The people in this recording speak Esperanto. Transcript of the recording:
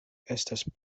estas